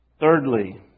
Thirdly